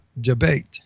debate